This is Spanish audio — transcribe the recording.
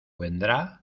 vendrá